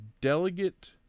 delegate